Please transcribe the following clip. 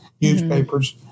newspapers